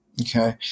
Okay